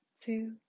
two